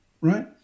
Right